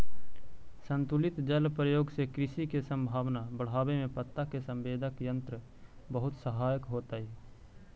संतुलित जल प्रयोग से कृषि के संभावना बढ़ावे में पत्ता के संवेदक यंत्र बहुत सहायक होतई